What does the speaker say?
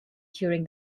during